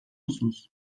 musunuz